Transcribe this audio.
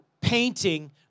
painting